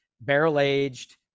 barrel-aged